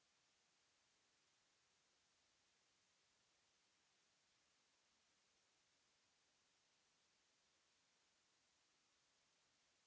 ...